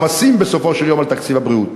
המועמסים, בסופו של דבר, על תקציב הבריאות.